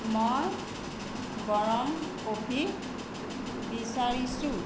মই গৰম কফি বিচাৰিছোঁ